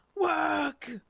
work